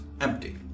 empty